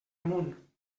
amunt